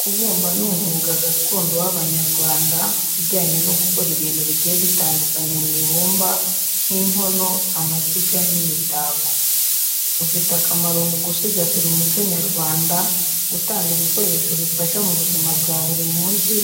Kubumba ni umwuga gakondo w’Abanyarwanda ujyanye no gukora ibintu bigiye bitandukanye mu ibumba, nk’inkono, amashyiga, n’imitako. Ufite akamaro mu gusigasira umuco nyarwanda, gutanga ibikoresho bifasha mu buzima bwa buri munsi,